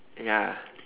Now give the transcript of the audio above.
ya